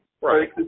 right